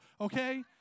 okay